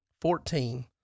Fourteen